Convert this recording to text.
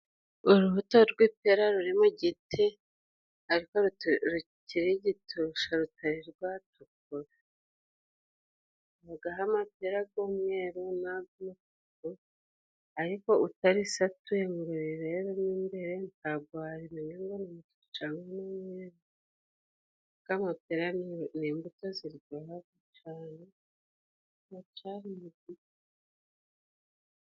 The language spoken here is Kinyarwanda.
Urubuto rw'ipera ruri mu giti ariko rukiri igitushi rutari rwatukura . Habagaho amapera g'umweru n'ag'umutuku ariko utarisatuye ngo urirebe mo imbere ntabwo wabimenya ngo ni umutuku cangwa ni umweru. Ariko amapera ni imbuto ziryoha cane , cane cane umutuku.